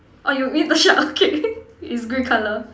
orh you mean the shirt okay is green colour